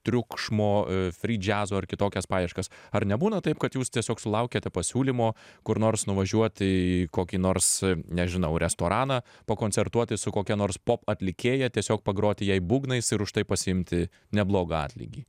triukšmo fridžiazo ar kitokias paieškas ar nebūna taip kad jūs tiesiog sulaukiate pasiūlymo kur nors nuvažiuoti į kokį nors nežinau restoraną pakoncertuoti su kokia nors pop atlikėja tiesiog pagroti jai būgnais ir už tai pasiimti neblogą atlygį